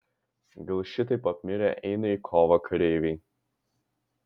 gal šitaip apmirę eina į kovą kareiviai